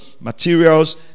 materials